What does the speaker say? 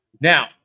Now